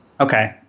Okay